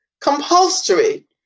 compulsory